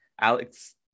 Alex